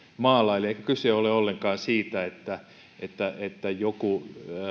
maalaili eikä kyse ole ollenkaan siitä että että joku